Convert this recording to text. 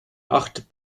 acht